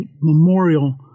memorial